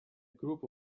group